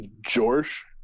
George